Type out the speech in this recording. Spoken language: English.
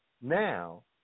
Now